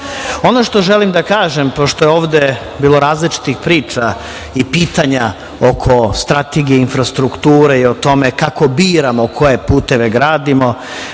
Ono što želim da kažem pošto je ovde bilo različitih priča i pitanja oko strategije infrastrukture i oko toga kako biramo koje puteve gradimo,